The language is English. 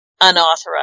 unauthorized